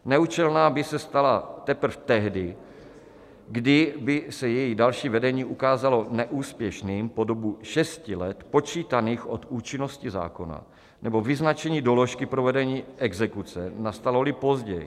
Neúčelná by se stala teprve tehdy, kdyby se její další vedení ukázalo neúspěšným po dobu šesti let počítaných od účinnosti zákona nebo vyznačení doložky provedení exekuce, nastaloli později.